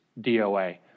DOA